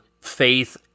faith